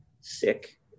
sick